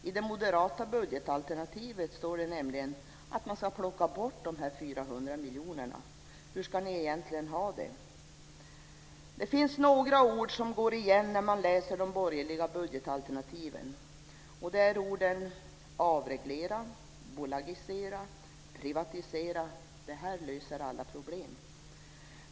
I det moderata budgetalternativet står det nämligen att man ska plocka bort dessa 400 miljoner. Hur ska ni egentligen ha det? Det finns några ord som går igen när man läser de borgerliga budgetalternativen. Det är orden avreglera, bolagisera och privatisera. Detta löser alla problem.